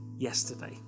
yesterday